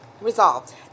resolved